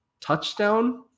touchdown